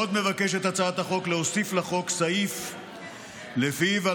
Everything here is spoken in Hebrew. עוד מבקשת הצעת החוק להוסיף לחוק סעיף שלפיו על